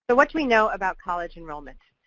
but what do we know about college enrollment?